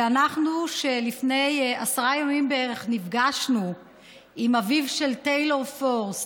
ואנחנו לפני עשרה ימים בערך נפגשנו עם אביו של טיילור פורס,